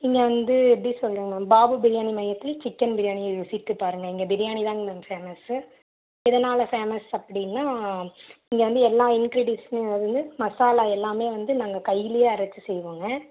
இங்கே வந்து எப்படி சொல்றேங்க மேம் பாபு பிரியாணி மையத்தில் சிக்கன் பிரியாணியை ருசித்து பாருங்க இங்கே பிரியாணி தாங் மேம் ஃபேமஸு எதனால் ஃபேமஸ் அப்படின்னா இங்கே வந்து எல்லா இன்க்ரிடியன்ட்ஸுமே வந்து மசாலா எல்லாமே வந்து நாங்கள் கைலியே அரச்சு செய்வோங்க